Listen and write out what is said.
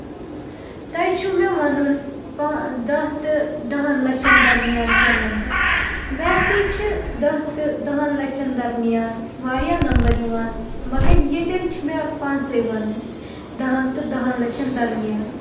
تۄیہِ چھُو مےٚ ونُن دہ تہٕ دہن لَچھن درمِیان کیٚنٛہہ نمبر ویسے چھِ دَہ تہٕ دَہن لَچھن درمیان وارِیاہ نمبر یِوان مگر ییٚتٮ۪ن چھِ مےٚ پانٛژے وَنٕنۍ دَہن تہٕ دَہن لَچھن درمیان